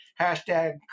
hashtag